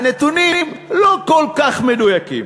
הנתונים לא כל כך מדויקים.